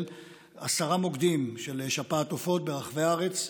עשרה מוקדים של שפעת עופות ברחבי הארץ,